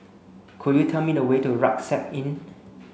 could you tell me the way to Rucksack Inn